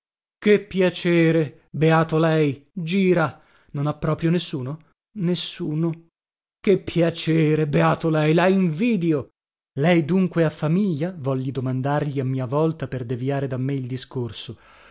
che piacere beato lei gira non ha proprio nessuno nessuno che piacere beato lei la invidio lei dunque ha famiglia volli domandargli a mia volta per deviare da me il discorso